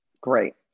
Great